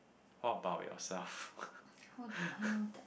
what about yourself